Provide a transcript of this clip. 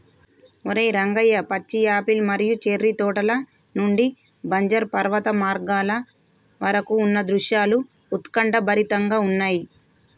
ఓరై రంగయ్య పచ్చి యాపిల్ మరియు చేర్రి తోటల నుండి బంజరు పర్వత మార్గాల వరకు ఉన్న దృశ్యాలు ఉత్కంఠభరితంగా ఉన్నయి